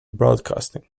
broadcasting